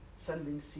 Sending